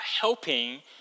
helping